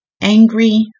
angry